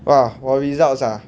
!wah! 我 results ah